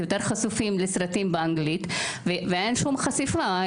יותר חשופים לסרטים באנגלית ואין שום חשיפה.